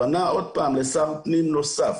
פנה עוד פעם לשר פנים נוסף,